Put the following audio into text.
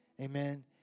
Amen